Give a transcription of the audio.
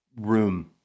room